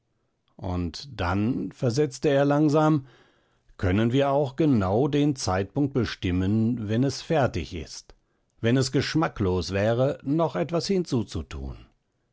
und dann versetzte er langsam können wir auch genau den zeitpunkt bestimmen wenn es fertig ist wenn es geschmacklos wäre noch etwas hinzuzutun